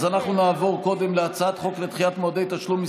אז אנחנו נעבור קודם להצעת חוק לדחיית מועדי תשלומי